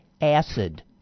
acid